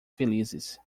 felizes